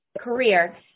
career